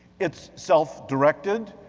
it's self-directed.